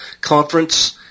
conference